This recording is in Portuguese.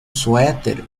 suéter